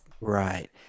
Right